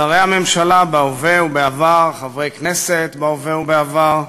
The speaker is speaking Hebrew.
שרי הממשלה בהווה ובעבר, חברי הכנסת בהווה ובעבר,